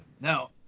Now